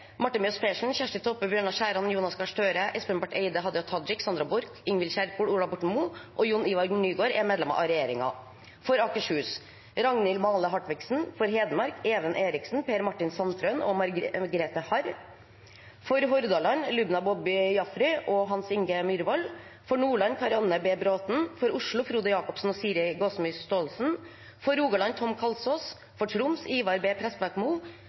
Persen, Kjersti Toppe, Bjørnar Skjæran, Jonas Gahr Støre, Espen Barth Eide, Hadia Tajik, Sandra Borch, Ingvild Kjerkol, Ola Borten Moe og Jon-Ivar Nygård er medlemmer av regjeringen: For Akershus: Ragnhild Male Hartviksen For Hedmark: Even Eriksen , Per Martin Sandtrøen og Margrethe Haarr For Hordaland: Lubna Boby Jaffery og Hans Inge Myrvold For Nordland: Karianne B. Bråthen For Oslo: Frode Jacobsen og Siri Gåsemyr Staalesen For Rogaland: Tom Kalsås For Troms: Ivar B.